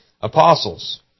apostles